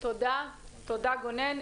תודה, גונן.